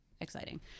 exciting